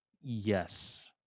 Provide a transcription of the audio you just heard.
Yes